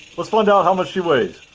let's find out how much she weighs.